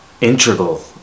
integral